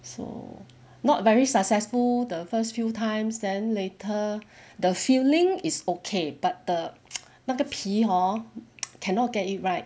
so not very successful the first few times then later the filling is okay but the 那个皮 hor cannot get it right